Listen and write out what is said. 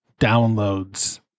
downloads